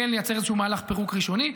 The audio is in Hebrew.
כן לייצר איזשהו מהלך פירוק ראשוני.